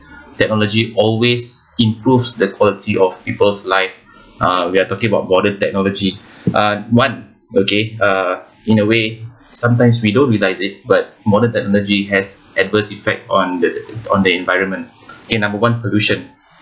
technology always improves the quality of peoples life uh we are talking about modern technology uh one okay uh in a way sometimes we don't realise it but modern technology has adverse effect on the on the environment K number one pollution